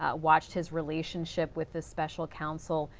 ah watched his relationship with the special counsel.